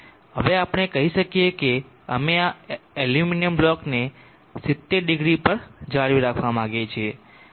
હવે આપણે કહી શકીએ કે અમે આ એલ્યુમિનિયમ બ્લોક ને 70◦ પર જાળવી રાખવા માંગીએ છીએ